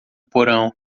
porão